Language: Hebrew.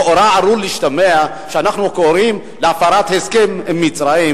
לכאורה עלול להשתמע שאנחנו קוראים להפרת הסכם עם מצרים,